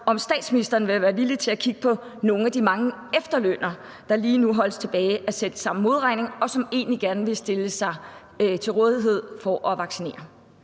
om statsministeren vil være villig til at kigge på nogle af de mange efterlønnere, der lige nu holdes tilbage af selv samme modregning, og som egentlig gerne vil stille sig til rådighed for at vaccinere.